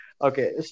Okay